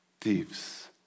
thieves